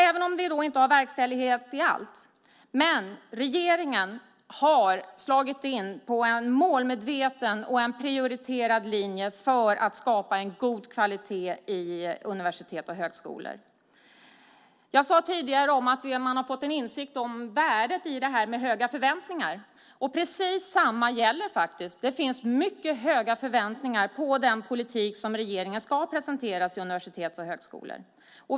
Även om vi inte har verkställighet i allt har regeringen slagit in på en målmedveten och en prioriterad linje för att skapa en god kvalitet i universitet och högskolor. Jag sade tidigare att man har fått en insikt om värdet i detta med höga förväntningar. Och precis samma sak gäller här: Det finns mycket höga förväntningar på den politik som regeringen ska presentera för universitet och högskolor.